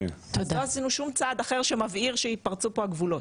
אז לא עשינו שום צעד אחר שמבהיר שהתפרצו פה הגבולות.